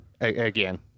again